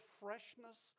freshness